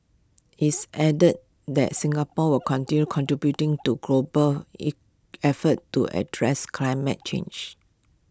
it's added that Singapore will continue contributing to global effort to address climate change